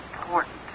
important